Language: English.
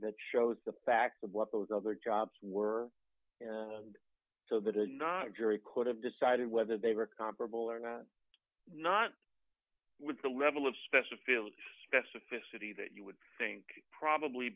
that shows the fact of what those other jobs were and so that is not a jury could have decided whether they were comparable or not not with the level of specificity specificity that you would think probably